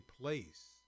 place